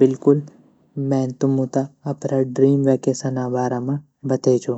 बिलकुल मैन तुमु त अपरा ड्रीम वेकेशना बारा म बते छो